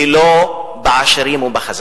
ולא בעשירים או בחזקים.